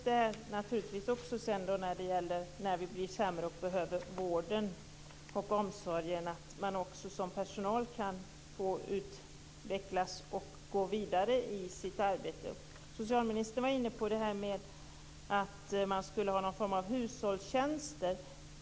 Dessutom gäller det detta med att vi blir sämre och behöver vård och omsorg samt att även personalen skall kunna utvecklas och gå vidare i sitt arbete. Socialministern var inne på frågan om någon form av hushållstjänster.